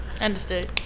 Understood